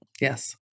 yes